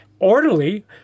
orderly